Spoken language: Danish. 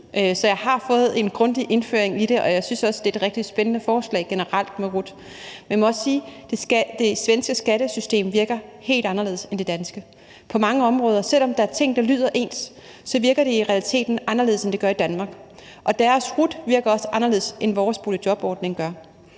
jeg har fået en grundig indføring i det, og jeg synes også, det er et rigtig spændende forslag generelt med RUT. Men jeg må også sige, at det svenske skattesystem virker helt anderledes end det danske på mange områder. Selv om der er ting, der lyder ens, så virker det i realiteten anderledes, end det gør i Danmark, og deres RUT virker også anderledes, end vores boligjobordning gør.